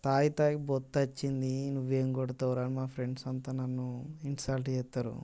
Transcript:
తాగి తాగి పొట్ట వచ్చింది నువ్వేం కొడతావురా అని మా ఫ్రెండ్స్ అంతా నన్ను ఇన్సల్ట్ చేస్తారు